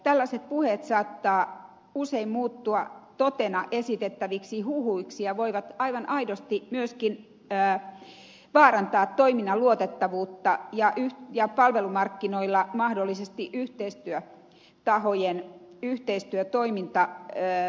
tällaiset puheet saattavat usein muuttua totena esitettäviksi huhuiksi ja voivat aivan aidosti myöskin vaarantaa toiminnan luotettavuutta ja palvelumarkkinoilla mahdollisesti yhteistyötahojen yhteistyötoimintaedellytyksiä